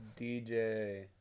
DJ